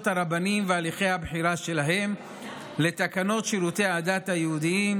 הרבנים והליכי הבחירה שלהם לתקנות שירותי הדת היהודיים,